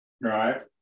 right